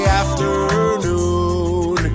afternoon